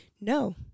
no